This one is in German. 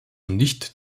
nicht